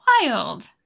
wild